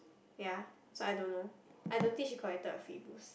ya so I don't know I don't think she collected her free Boost